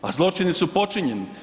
A zločini su počinjeni.